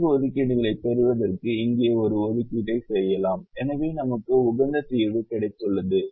நான்கு ஒதுக்கீடுகளைப் பெறுவதற்கு இங்கே ஒரு ஒதுக்கீட்டை செய்யலாம் எனவே நமக்கு உகந்த தீர்வு கிடைத்துள்ளது